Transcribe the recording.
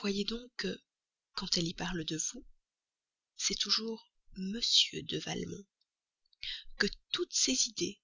voyez donc que quand elle y parle de vous c'est toujours m de valmont que toutes ses idées